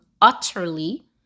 utterly